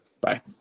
Bye